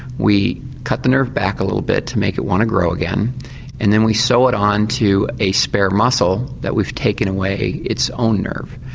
we cut the nerve back a little bit to make it want to grow again and then we sew it on to a spare muscle that we've taken away its own nerve.